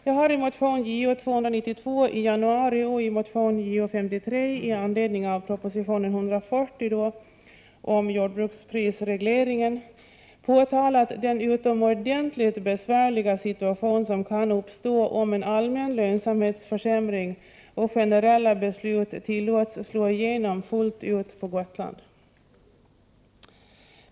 Jag har i motion Jo292, väckt under allmänna motionstiden i januari, och i motion Jo53, väckt i anledning av proposition 140 om jordbruksprisregleringen, påtalat den utomordentligt besvärliga situation som kan uppstå om en allmän lönsamhetsförsämring och generella beslut tillåts slå igenom fullt ut på Gotland.